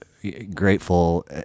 grateful